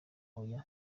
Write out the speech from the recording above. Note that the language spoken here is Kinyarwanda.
oya